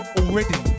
already